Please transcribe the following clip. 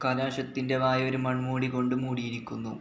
കലാശത്തിൻ്റെ വായ ഒരു മൺമൂടികൊണ്ട് മൂടിയിരിക്കുന്നു